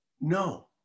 no